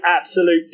absolute